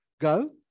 go